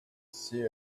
see